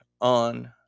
on